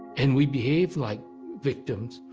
and we behaved like victims.